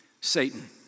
Satan